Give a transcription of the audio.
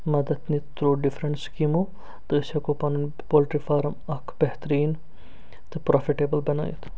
مدتھ نِتھ تھرٛوٗ ڈِفرِنٛٹ سِکیٖمَو تہٕ أسۍ ہٮ۪کَو پنُن پوٚلٹری فارٕم اکھ بہتٔریٖن تہٕ پرٛافیٹیبُل بَنٲوِتھ